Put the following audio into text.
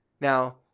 Now